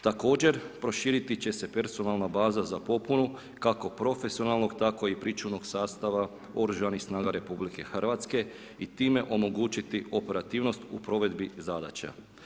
Također proširiti će se personalna baza za popunu kako profesionalnog tako i pričuvnog sastava oružanih snaga RH i time omogućiti operativnost u provedbi zadaća.